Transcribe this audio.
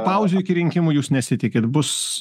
pauzių iki rinkimų jūs nesitikit bus